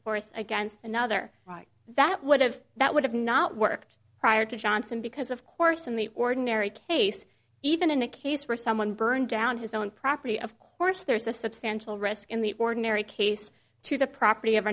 force against another right that would have that would have not worked prior to johnson because of course in the ordinary case even in a case where someone burned down his own property of course there's a substantial risk in the ordinary case to the property of